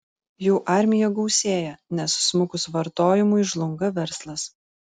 jų armija gausėja nes smukus vartojimui žlunga verslas